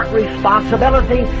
responsibility